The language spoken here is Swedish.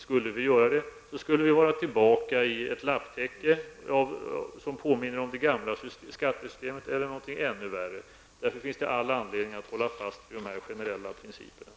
Skulle vi göra det skulle vi snart ha ett lapptäcke som påminner om det gamla skattesystemet eller blir ännu värre. Därför finns det all anledning att hålla fast vid de generella principerna.